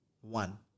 One